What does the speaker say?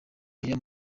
aya